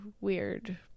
weird